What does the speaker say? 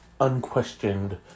unquestioned